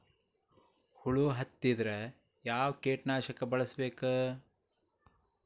ಹುಳು ಹತ್ತಿದ್ರೆ ಯಾವ ಕೇಟನಾಶಕ ಬಳಸಬೇಕ?